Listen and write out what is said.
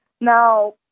Now